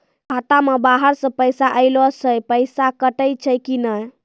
खाता मे बाहर से पैसा ऐलो से पैसा कटै छै कि नै?